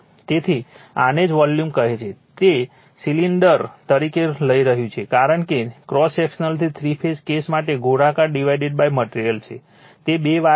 તેથી આને જ વોલ્યુમ કહે છે તે સિલિન્ડર તરીકે લઈ રહ્યું છે કારણ કે ક્રોસ સેક્શન થ્રી ફેઝના કેસ માટે ગોળાકાર ડિવાઇડેડ મટેરીઅલ છે તે બે વાયર સિસ્ટમ છે